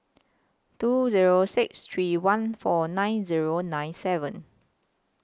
two Zero six three one four nine Zero nine seven